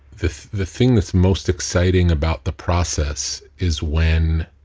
the the thing that's most exciting about the process is when